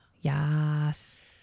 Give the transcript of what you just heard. Yes